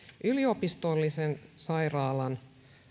yliopistollisen sairaalan